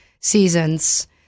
seasons